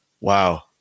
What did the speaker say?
Wow